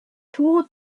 toward